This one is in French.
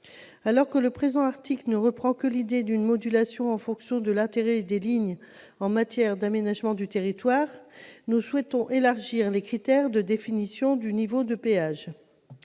Alors que le présent article reprend uniquement l'idée d'une modulation en fonction de l'intérêt des lignes en matière d'aménagement du territoire, nous souhaitons élargir les critères de définition du niveau de péage.